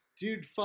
dude